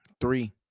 three